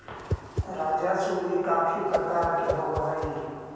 राजस्व भी काफी प्रकार के होवअ हई